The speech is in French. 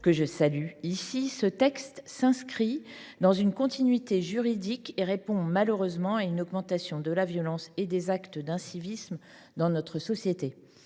que je salue, ce texte s’inscrit dans une continuité juridique et répond malheureusement à une augmentation de la violence et des actes d’incivisme dans notre société.